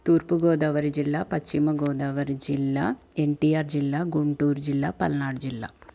తూర్పు గోదావరి జిల్లా పశ్చిమ గోదావరి జిల్లా ఎన్టిఆర్ జిల్లా గుంటూరు జిల్లా పల్నాడు జిల్లా